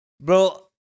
Bro